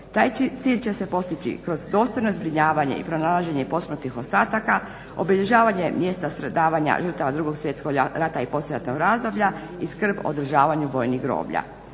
Taj cilj će se postići kroz dostojno zbrinjavanje i pronalaženje posmrtnih ostataka, obilježavanje mjesta stradavanja žrtava Drugog svjetskog rata i poslijeratnog razdoblja i skrb o održavanju vojnih groblja.